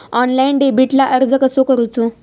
Online डेबिटला अर्ज कसो करूचो?